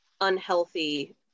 unhealthy